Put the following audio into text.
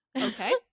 okay